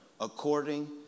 According